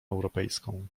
europejską